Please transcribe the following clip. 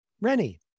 Rennie